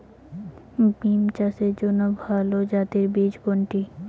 বিম চাষের জন্য ভালো জাতের বীজ কোনটি?